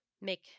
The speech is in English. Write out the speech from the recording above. make